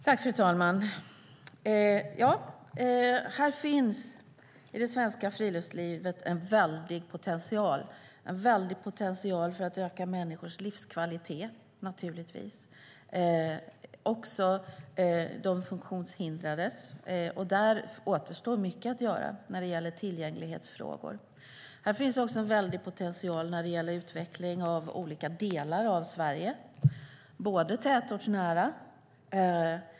Fru talman! Här finns i det svenska friluftslivet en väldig potential för att öka människors livskvalitet, också de funktionshindrades, och det återstår mycket att göra när det gäller tillgänglighetsfrågor. Här finns också en väldig potential när det gäller utveckling av olika delar av Sverige.